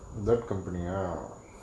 that company ah